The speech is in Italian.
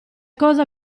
cosa